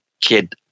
kid